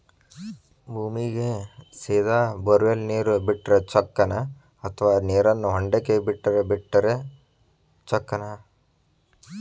ಭೂಮಿಗೆ ಸೇದಾ ಬೊರ್ವೆಲ್ ನೇರು ಬಿಟ್ಟರೆ ಚೊಕ್ಕನ ಅಥವಾ ನೇರನ್ನು ಹೊಂಡಕ್ಕೆ ಬಿಟ್ಟು ಬಿಟ್ಟರೆ ಚೊಕ್ಕನ?